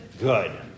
good